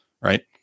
right